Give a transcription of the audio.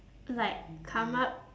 like come up